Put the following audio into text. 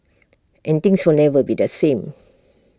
and things will never be the same